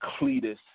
Cletus